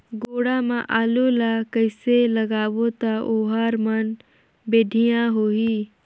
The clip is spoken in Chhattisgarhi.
गोडा मा आलू ला कइसे लगाबो ता ओहार मान बेडिया होही?